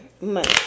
Money